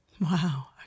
wow